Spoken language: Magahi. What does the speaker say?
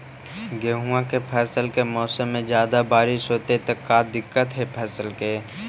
गेहुआ के फसल के मौसम में ज्यादा बारिश होतई त का दिक्कत हैं फसल के?